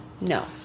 no